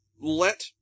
Let